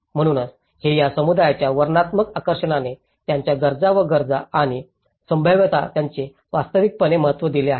म्हणूनच हे या समुदायाच्या वर्णनात्मक आकर्षणाने त्यांच्या गरजा व गरजा आणि संभाव्यता यांचे वास्तविकपणे महत्त्व दिले आहे